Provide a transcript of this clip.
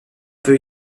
peut